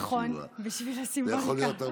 נכון, בשביל הסימבוליקה.